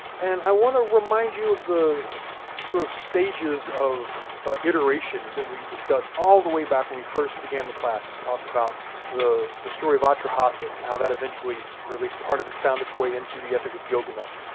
and i wanna remind you of the sort of stages of iteration that we've discussed all the way back when we first began the class and talked about the the story of atrahasis and how that eventually, or at least part of it, found its way into the epic of gilgamesh.